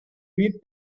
beer